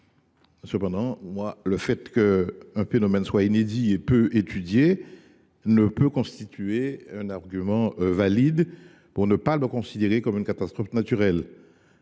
Cependant, le fait qu’un phénomène soit inédit et peu étudié ne saurait constituer un argument valide pour ne pas le considérer comme une catastrophe naturelle,